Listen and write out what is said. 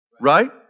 Right